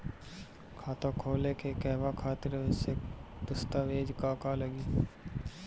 खाता खोले के कहवा खातिर आवश्यक दस्तावेज का का लगी?